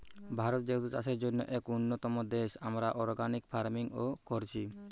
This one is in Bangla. ভারত যেহেতু চাষের জন্যে এক উন্নতম দেশ, আমরা অর্গানিক ফার্মিং ও কোরছি